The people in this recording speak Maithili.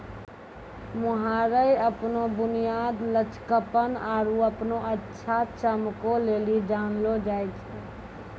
मोहायर अपनो बुनियाद, लचकपन आरु अपनो अच्छा चमको लेली जानलो जाय छै